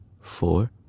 four